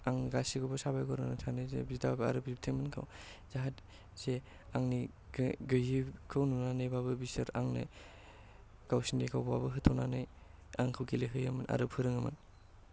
आं गासैखौबो साबायखर होनो सानो जे बिदा आरो बिबथैमोनखौ जाहाथे जे आंनि गैयिखौ नुनानैबाबो बिसोर आंनो गावसोरनिखौबाबो होथ'नानै आंखौ गेलेहोयोमोन आरो फोरोङोमोन